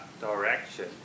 direction